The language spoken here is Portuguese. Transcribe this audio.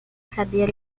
saber